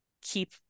keep